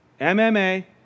MMA